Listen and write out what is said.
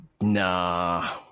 nah